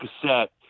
cassette